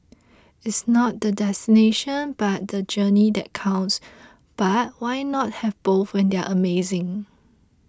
it's not the destination but the journey that counts but why not have both when they're amazing